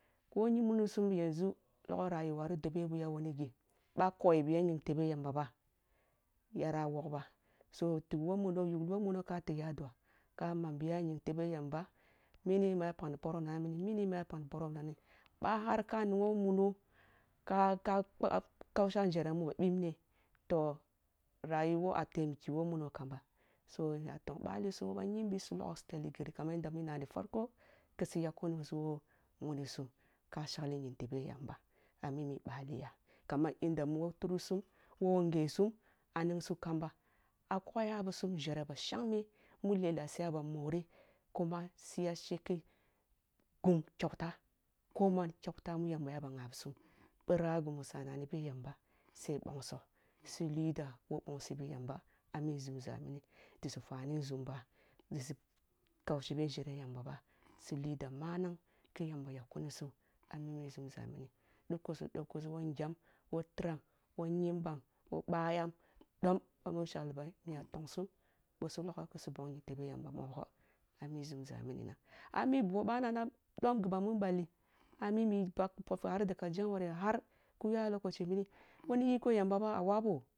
Ko ni muisum di yanzu logho rayuwa ri dobe biya wani ghi ъai koyi biya ying tebe yamba bah yara wogh ba so tig woh muno yugli woh mumo ka tigya ah du’a ka mambiya nying tebe yamba mi ni maya pagni poroh ngha ni mini ma pagni poroh na na ъah har ka ningho muno kausha njere mu ba bibne toh rayuwo ah taimaki woh muzo kamba so nya tong ъali sum ъanyimbi so logho si fell. Gil kaman yanda mu nnani farko kisi yk kuni su woh muni sum ka shagli nying tebo yamba ami mi bali yah kam yanda mu woh tirih sum woh ngye sum ah ning sum kamba ah koya bisum nzereh ba shangme mu lak siya ba moreh kuma siya sheke gung kauta ko man kyauta mu yamba ya ba ngha bisum ъira ghi mu siya ngha ni bi yamba sai bongso sili dua’a woh bongsi bi yamba ah mi nzum za mini disi fani nzumba disi kaushi bi njere yamba ba si lida manang ki yamba yak kuni sum ami nzunza mini dukusu dukua woh ngyam woh tiram woh nyimbam woh bah yam dom ъa mu nshagli ba nya tong sum boh si logho ki si bong ni tebe yamba ami nzumza mini na ami boh banana dom ghimu ъalne amimi fari daga january har ki yur lokashe mini boh ni iko yamba ba ah wabo